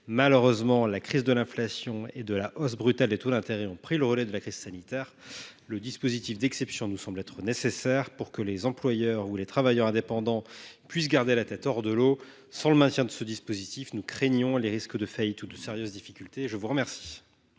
Malheureusement, l’inflation et la hausse brutale des taux d’intérêt ont pris le relais de la crise sanitaire. Le dispositif d’exception nous semble être nécessaire pour que les employeurs ou les travailleurs indépendants puissent garder la tête hors de l’eau. Sans le maintien de ce dispositif, nous craignons des faillites ou de sérieuses difficultés. La parole